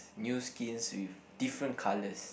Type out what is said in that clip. new skins with different colors